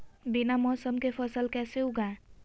बिना मौसम के फसल कैसे उगाएं?